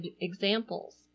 EXAMPLES